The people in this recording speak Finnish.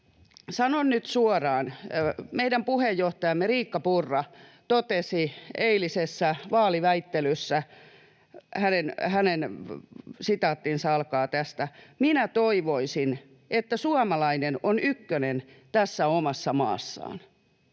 sanon nyt suoraan: Meidän puheenjohtajamme Riikka Purra totesi eilisessä vaaliväittelyssä: ”Minä toivoisin, että suomalainen on ykkönen tässä omassa maassaan.”